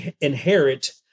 inherit